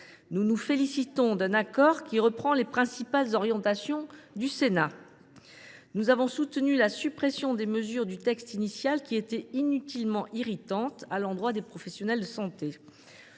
Nous nous félicitons d’un accord qui reprend les principales orientations du Sénat. Nous avons soutenu la suppression des mesures du texte initial qui étaient inutilement irritantes à l’endroit des professionnels de santé.